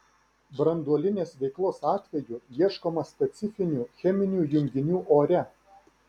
branduolinės veiklos atveju ieškoma specifinių cheminių junginių ore